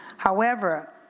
however,